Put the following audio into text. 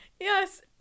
yes